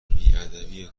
بیادبی